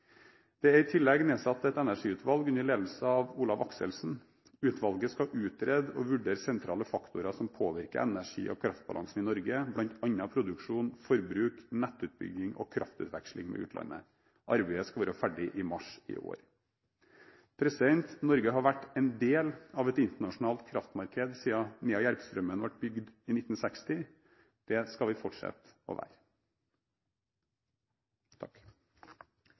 Det er i tillegg nedsatt et energiutvalg under ledelse av Olav Akselsen. Utvalget skal utrede og vurdere sentrale faktorer som påvirker energi- og kraftbalansen i Norge, bl.a. produksjon, forbruk, nettutbygging og kraftutveksling med utlandet. Arbeidet skal være ferdig i mars i år. Norge har vært en del av et internasjonalt kraftmarked siden Nea–Järpstrømmen ble bygget i 1960. Det skal vi fortsette å være.